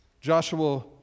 Joshua